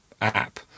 app